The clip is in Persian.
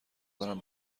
دارم